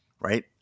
right